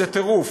זה טירוף.